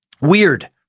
Weird